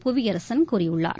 புவியரசன் கூறியுள்ளார்